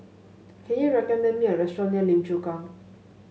can you recommend me a restaurant near Lim Chu Kang